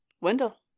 Wendell